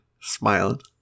smiling